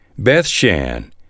Bethshan